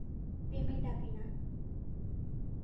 payment ᱟᱵᱤᱱᱟ